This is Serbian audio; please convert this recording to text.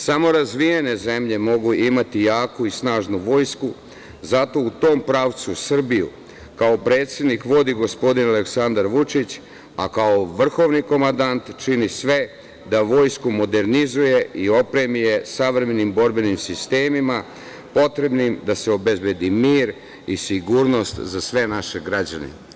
Samo razvijene zemlje mogu imati jaku i snažnu vojsku, zato u tom pravcu Srbiju kao predsednik vodi gospodin Aleksandar Vučić, a kao vrhovni komandant čini sve da vojsku modernizuje i opremi je savremenim borbenim sistemima, potrebnim da se obezbedi mir i sigurnost za sve naše građane.